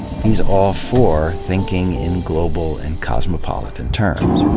he's all for thinking in global and cosmopolitan terms.